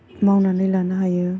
मावनानै लानो हायो